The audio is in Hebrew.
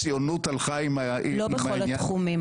הציונות הלכה עם העניין --- לא בכל התחומים,